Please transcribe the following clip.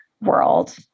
world